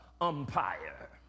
umpire